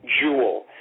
jewel